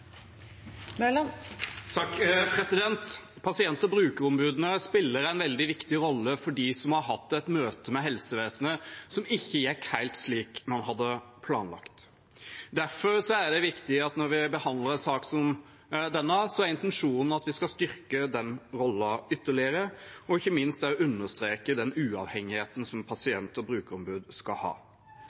Pasient- og brukerombudene spiller en veldig viktig rolle for dem som har hatt et møte med helsevesenet som ikke gikk helt slik man hadde planlagt. Når vi behandler en sak som denne, er det derfor viktig at intensjonen er at vi skal styrke den rollen ytterligere, og ikke minst understreke den uavhengigheten som pasient- og brukerombud skal ha.